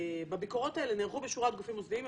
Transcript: הביקורות האלה נערכו בשורת גופים מוסדיים.